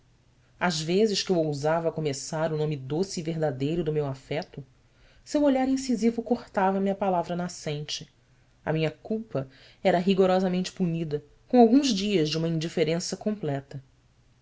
às vezes que eu ousava começar o nome doce e verdadeiro do meu afeto seu olhar incisivo cortavame a palavra nascente a minha culpa era rigorosamente punida com alguns dias de uma indiferença completa